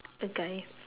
a guy